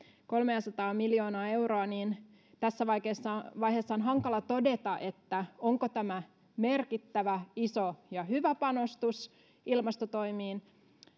kolmeasataa miljoonaa euroa niin tässä vaiheessa on tavallaan hankala todeta onko tämä merkittävä iso ja hyvä panostus ilmastotoimiin